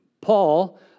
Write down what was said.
Paul